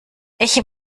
ich